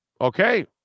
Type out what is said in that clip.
Okay